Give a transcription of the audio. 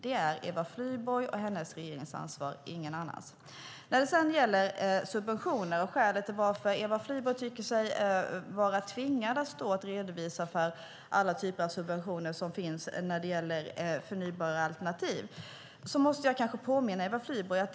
Det är Eva Flyborgs och hennes regerings ansvar - ingen annans. När det gäller subventioner och skälet till att Eva Flyborg tycker sig vara tvingad att redovisa alla typer av subventioner som finns när det gäller förnybara alternativ måste jag kanske påminna Eva Flyborg om en sak.